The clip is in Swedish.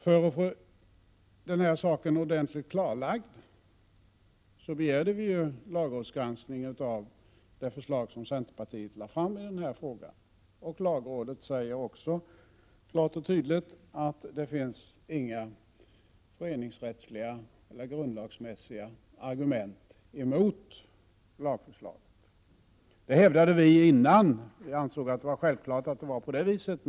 För att få saken ordentligt klarlagd begärde vi att lagrådet skulle granska det lagförslag som centerpartiet lade fram i denna fråga. Lagrådet säger också klart och tydligt att det inte finns några föreningsrättsliga eller grundlagsmässiga argument mot lagförslaget. Detta hävdade vi tidigare — vi ansåg att det var självklart att det var på det viset.